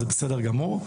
שזה בסדר גמור,